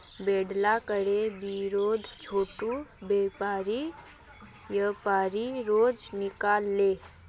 बोढ़ला करेर विरोधत छोटो व्यापारी मोर्चा निकला ले